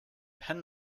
pin